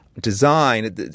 Design